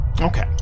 Okay